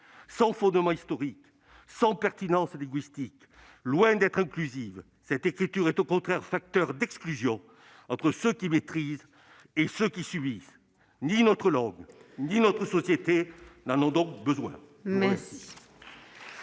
Sans fondement historique, sans pertinence linguistique, loin d'être inclusive, cette écriture est, au contraire, facteur d'exclusion entre ceux qui maîtrisent et ceux qui subissent. Ni notre langue ni notre société n'en ont besoin.